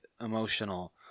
emotional